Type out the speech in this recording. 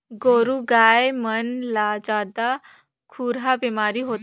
गोरु गाय मन ला जादा खुरहा बेमारी होथे